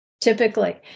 Typically